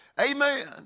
amen